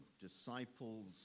disciples